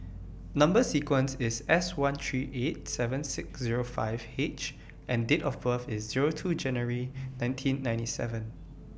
Number sequence IS S one three eight seven six Zero five H and Date of birth IS Zero two January nineteen ninety seven